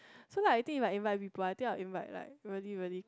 so like I think if I invite people I will invite like really really